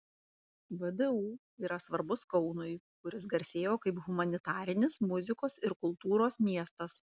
vdu yra svarbus kaunui kuris garsėjo kaip humanitarinis muzikos ir kultūros miestas